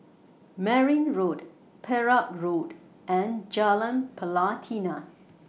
Merryn Road Perak Road and Jalan Pelatina